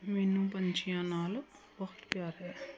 ਮੈਨੂੰ ਪੰਛੀਆਂ ਨਾਲ ਬਹੁਤ ਪਿਆਰ ਹੈ